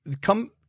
come